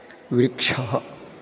वृक्षः